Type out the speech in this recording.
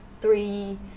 three